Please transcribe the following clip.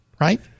right